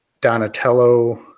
Donatello